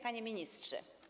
Panie Ministrze!